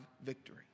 victory